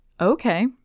Okay